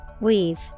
Weave